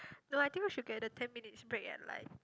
no I think we should get the ten minutes break and like